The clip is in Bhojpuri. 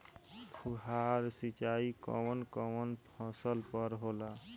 फुहार सिंचाई कवन कवन फ़सल पर होला?